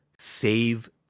save